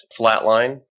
flatline